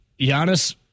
Giannis